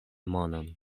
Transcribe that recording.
monon